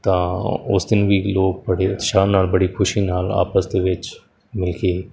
ਤਾਂ ਉਸ ਦਿਨ ਵੀ ਲੋਕ ਬੜੇ ਉਤਸ਼ਾਹ ਨਾਲ ਬੜੀ ਖੁਸ਼ੀ ਨਾਲ ਆਪਸ ਦੇ ਵਿੱਚ ਮਿਲ ਕੇ